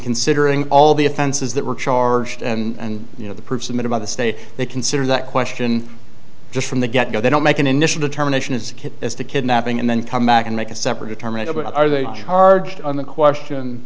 considering all the offenses that were charged and you know the person made about the state they consider that question just from the get go they don't make an initial determination as a kid as to kidnapping and then come back and make a separate terminal but are they charged on the question